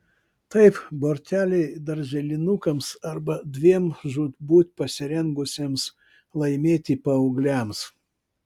taip borteliai darželinukams arba dviem žūtbūt pasirengusiems laimėti paaugliams